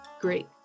Great